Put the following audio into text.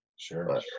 Sure